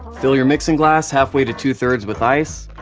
fill your mixing glass half way to two-thirds with ice.